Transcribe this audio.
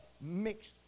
mixed